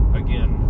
again